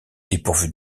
dépourvue